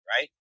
right